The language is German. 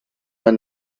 man